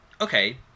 okay